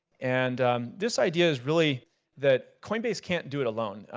and this idea is really that coinbase can't do it alone.